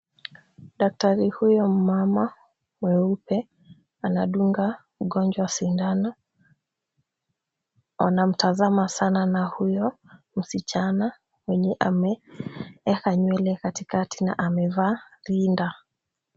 Daktari huyo mumama mweupe anadunga mgonjwa sindano. Anamtazama sana na huyo msichana mwenye ameweka nywele katikati na amevaa rinda.